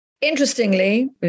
Interestingly